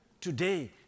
today